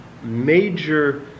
major